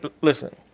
listen